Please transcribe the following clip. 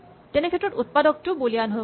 তেনেক্ষেত্ৰত উৎপাদকটো বুলিয়ান হৈ গ'ল